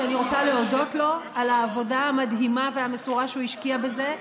שאני רוצה להודות לו על העבודה המדהימה והמסורה שהוא השקיע בזה,